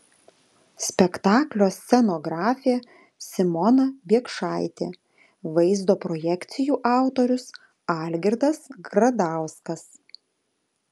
spektaklio scenografė simona biekšaitė vaizdo projekcijų autorius algirdas gradauskas